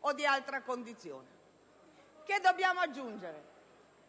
o di altra condizione. È necessario aggiungere